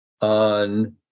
on